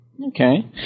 Okay